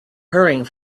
hurrying